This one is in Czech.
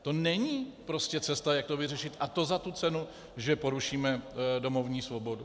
To není prostě cesta, jak to vyřešit, a to za tu cenu, že porušíme domovní svobodu.